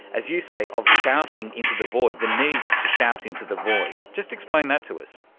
as you say, of shouting into the void, the need to shout into the void. just explain that to us.